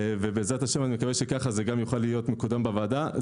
בעז"ה מקווה שכך זה יוכל להיות מקודם בוועדה.